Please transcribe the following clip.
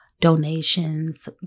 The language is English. donations